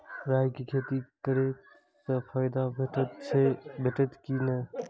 राय के खेती करे स फायदा भेटत की नै?